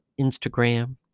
Instagram